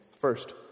First